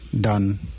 done